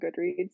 goodreads